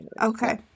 okay